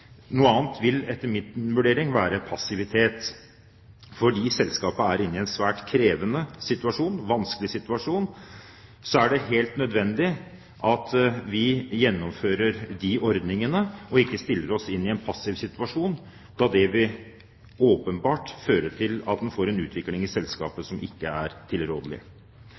Noe annet vil etter min vurdering være passivitet. Fordi selskapet er inne i en svært krevende og vanskelig situasjon, er det helt nødvendig at vi gjennomfører ordningene og ikke stiller oss i en passiv situasjon, da det åpenbart vil føre til at en får en utvikling i selskapet som ikke er tilrådelig.